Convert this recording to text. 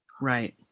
Right